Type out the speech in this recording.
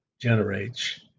generates